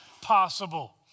possible